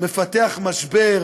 מפתח משבר